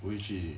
weijie